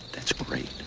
that's great.